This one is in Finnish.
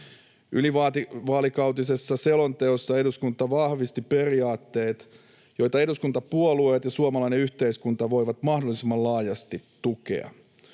Ylivaalikautisessa selonteossa eduskunta vahvisti periaatteet, joita eduskuntapuolueet ja suomalainen yhteiskunta voivat mahdollisimman laajasti tukea.